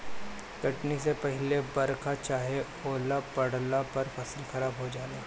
कटनी से पहिले बरखा चाहे ओला पड़ला पर फसल खराब हो जाला